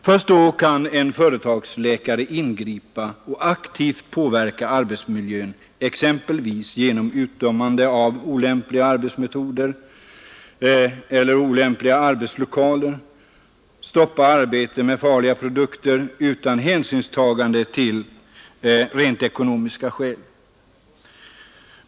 Först då kan en företagsläkare ingripa och aktivt påverka arbetsmiljön exempelvis genom utdömande av olämpliga arbetsmetoder eller olämpliga arbetslokaler och stoppa arbeten med farliga produkter utan hänsynstagande till rent ekonomiska skäl.